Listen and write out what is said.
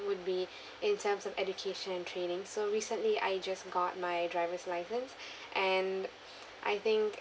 would be in terms of education training so recently I just got my driver's license and I think